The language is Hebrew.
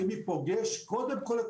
אני ביקשתי משתי מומחיות גדולות